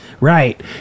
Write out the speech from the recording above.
Right